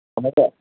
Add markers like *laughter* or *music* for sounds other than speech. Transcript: *unintelligible*